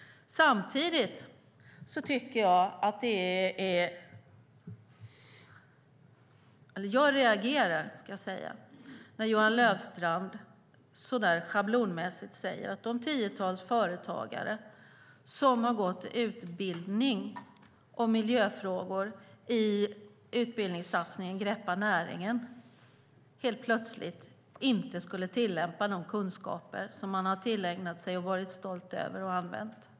Samtidigt reagerar jag när Johan Löfstrand så där schablonmässigt säger att de tiotals företagare som har gått utbildning i miljöfrågor inom utbildningssatsningen Greppa näringen helt plötsligt inte skulle tillämpa de kunskaper de har tillägnat sig, varit stolta över och använt.